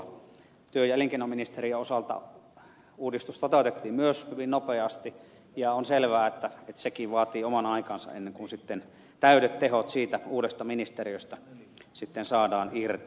työ ja elinkeinoministeriön osalta uudistus toteutettiin myös hyvin nopeasti ja on selvää että sekin vaatii oman aikansa ennen kuin täydet tehot siitä uudesta ministeriöstä sitten saadaan irti